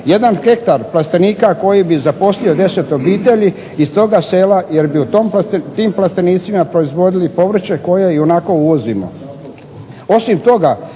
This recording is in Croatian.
1 hektar plastenika koji bi zaposlio 10 obitelji iz toga sela jer bi u tim plastenicima proizvodili povrće koje ionako uvozimo. Osim toga,